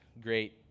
great